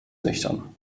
nüchtern